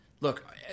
look